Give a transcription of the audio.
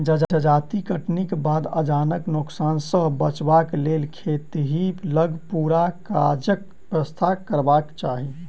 जजाति कटनीक बाद अनाजक नोकसान सॅ बचबाक लेल खेतहि लग पूरा काजक व्यवस्था करबाक चाही